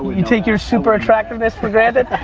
you take your super attractiveness for granted?